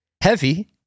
heavy